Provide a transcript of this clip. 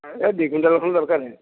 ଏଇ ଦୁଇ କ୍ଵିଣ୍ଟାଲ୍ ଖଣ୍ଡେ ଦରକାର